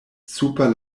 super